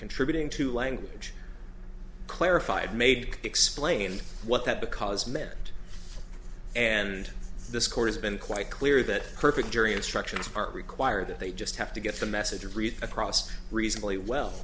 contributing to language clarified made explain what that because mitt and this court has been quite clear that perfect jury instructions are required that they just have to get the message read across reasonably well